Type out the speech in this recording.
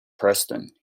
preston